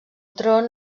tron